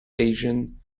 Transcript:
asian